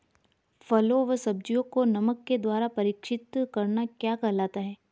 फलों व सब्जियों को नमक के द्वारा परीक्षित करना क्या कहलाता है?